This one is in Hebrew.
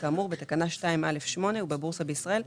כאמור בתקנה 2(א)(8) ובבורסה בישראל".